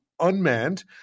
unmanned